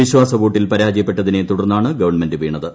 വിശ്വാസവോട്ടിൽ പരാജയപ്പെട്ടതിനെ തുടർന്നാണ് ഗവൺമെന്റ് വീണത്